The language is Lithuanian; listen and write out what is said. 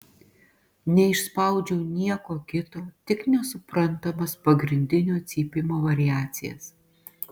neišspaudžiau nieko kito tik nesuprantamas pagrindinio cypimo variacijas